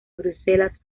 bruselas